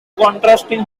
contrasting